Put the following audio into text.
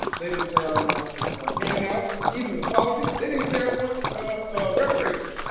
they didn't say i want handouts, even an apology. they didn't say i want reparations.